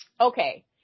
okay